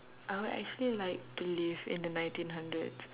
I will actually like to live in the nineteen hundreds